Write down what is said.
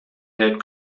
had